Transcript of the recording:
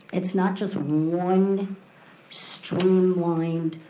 it's not just one streamlined